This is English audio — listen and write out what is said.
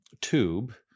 tube